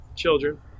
children